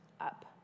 up